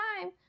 time